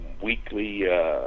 weekly